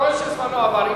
אתה רואה שזמנו עבר.